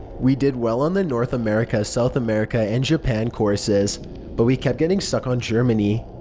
we did well on the north america, south america, and japan, courses but we kept getting stuck on germany.